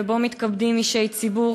ובו מתכבדים אישי ציבור,